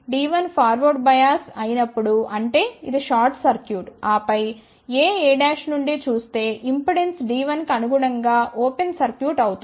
D1 forward bias అయినప్పుడు అంటే ఇది షార్ట్ సర్క్యూట్ ఆపై AA' నుండి చూస్తే ఇంపెడెన్స్ D1 కి అనుగుణంగా ఓపెన్ సర్క్యూట్ అవుతుంది